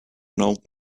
old